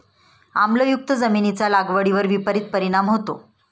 आम्लयुक्त जमिनीचा लागवडीवर विपरीत परिणाम होतो